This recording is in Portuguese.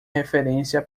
referência